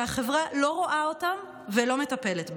שהחברה לא רואה אותן ולא מטפלת בהן.